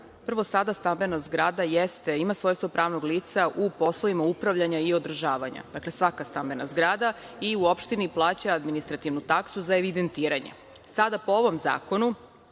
Prvo, stambena zgrada ima svojstvo pravnog lica u poslovima upravljanja i održavanja, dakle, svaka stambena zgrada i u opštini plaća administrativnu taksu za evidentiranje. Sada po ovom zakonu